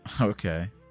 Okay